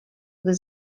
gdy